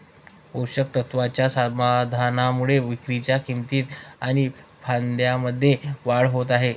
पोषक तत्वाच्या समाधानामुळे विक्रीच्या किंमतीत आणि फायद्यामध्ये वाढ होत आहे